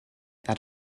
that